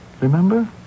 Remember